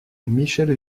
michel